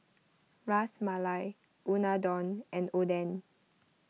Ras Malai Unadon and Oden